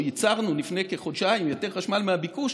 ייצרנו לפני כחודשיים יותר חשמל מהביקוש,